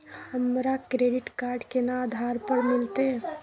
हमरा credit card केना आधार पर मिलते?